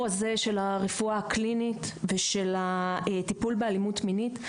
הזה של הרפואה הקלינית ושל הטיפול באלימות מינית.